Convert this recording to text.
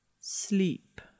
Sleep